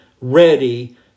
ready